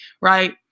Right